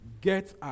get